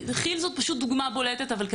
כי"ל זאת דוגמה בולטת אבל,